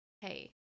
hey